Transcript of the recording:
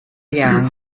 iawn